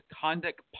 conduct